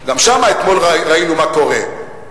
גם שם אתמול ראינו מה קורה,